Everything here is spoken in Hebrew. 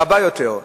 רבה יותר.